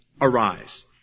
arise